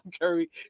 Curry